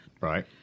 Right